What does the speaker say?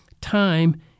time